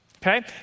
Okay